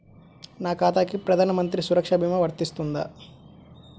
నా ఖాతాకి ప్రధాన మంత్రి సురక్ష భీమా వర్తిస్తుందా?